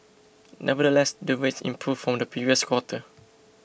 nevertheless the rates improved from the previous quarter